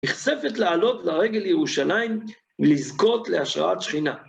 הכספת לעלות לרגל ירושלים ולזכות להשראת שכינה.